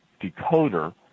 decoder